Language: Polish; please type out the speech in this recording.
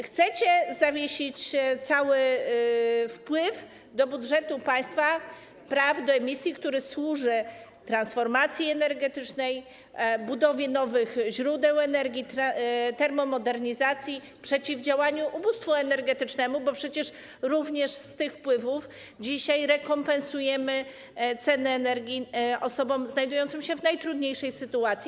Chcecie zawiesić cały wpływ do budżetu państwa z praw do emisji, który służy transformacji energetycznej, budowie nowych źródeł energii, termomodernizacji, przeciwdziałaniu ubóstwu energetycznemu, bo przecież również z tego wpływu dzisiaj rekompensujemy ceny energii osobom znajdującym się w najtrudniejszej sytuacji.